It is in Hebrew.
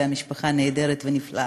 והמשפחה נהדרת ונפלאה.